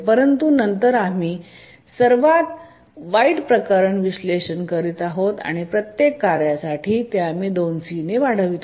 परंतु नंतर आम्ही सर्वात वाईट परिस्थिती प्रकरण विश्लेषण करीत आहोत आणि प्रत्येक कार्यासाठी आम्ही ते 2 c ने वाढवितो